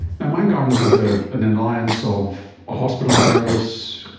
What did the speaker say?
mindgardens is ah an alliance of a hospital service,